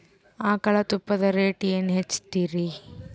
ಆಕಳ ತುಪ್ಪದ ರೇಟ್ ಏನ ಹಚ್ಚತೀರಿ?